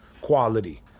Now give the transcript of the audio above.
quality